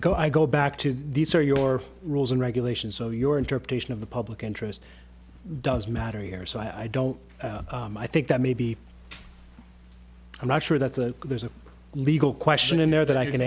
go i go back to these are your rules and regulations so your interpretation of the public interest does matter here so i don't i think that maybe i'm not sure that's a there's a legal question in there that i can